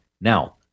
Now